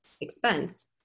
expense